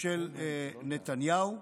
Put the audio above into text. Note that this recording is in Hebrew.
של נתניהו,